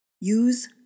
use